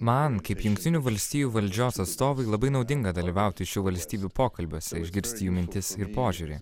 man kaip jungtinių valstijų valdžios atstovui labai naudinga dalyvauti šių valstybių pokalbiuose išgirsti jų mintis ir požiūrį